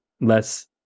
less